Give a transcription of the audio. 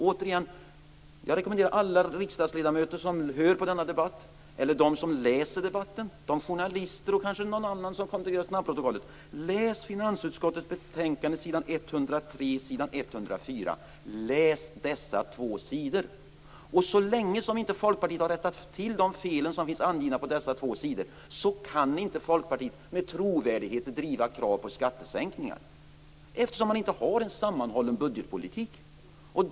Jag rekommenderar återigen alla riksdagsledamöter som hör på denna debatt, de som läser debatten, de journalister och andra som kanske kontrollerar snabbprotokollet: Läs finansutskottets betänkande s. 103 104. Läs dessa två sidor! Så länge inte Folkpartiet har rättat till de fel som finns angivna på dessa två sidor, så kan inte Folkpartiet med trovärdighet driva krav på skattesänkningar eftersom man inte har en sammanhållen budgetpolitik.